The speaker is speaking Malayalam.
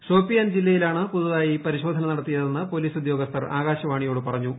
ഷോപ്പിയാൻ ജില്ലയിലാണ് പുതുതായി പരിശോധന നടത്തിയതെന്ന് പോലീസ് ഉദ്യോഗസ്ഥർ ആകാശവാണിയോട് പറഞ്ഞു